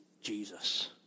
Jesus